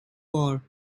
war